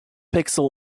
pixel